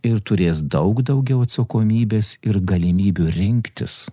ir turės daug daugiau atsakomybės ir galimybių rinktis